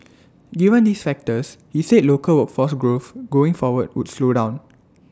given these factors he said local workforce growing forward would slow down